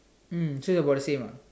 mm so they about the same ah